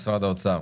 משרד האוצר,